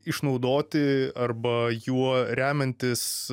išnaudoti arba juo remiantis